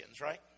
right